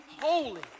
holy